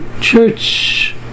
church